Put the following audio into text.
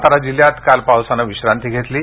सातारा जिल्ह्यात काल पावसाने विश्रांती घेतली आहे